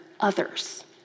others